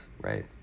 right